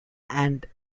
and